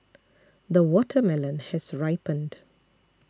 the watermelon has ripened